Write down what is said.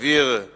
חברת